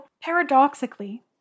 paradoxically